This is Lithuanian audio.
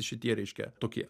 šitie reiškia tokie